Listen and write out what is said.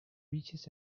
reaches